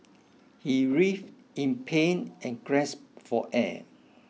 he writhed in pain and grasped for air